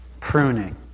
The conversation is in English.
pruning